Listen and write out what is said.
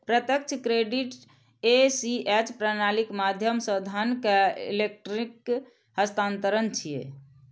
प्रत्यक्ष credit ACH प्रणालीक माध्यम सं धन के इलेक्ट्रिक हस्तांतरण छियै